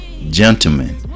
gentlemen